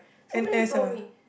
N_S ah